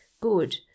good